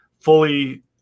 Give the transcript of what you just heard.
fully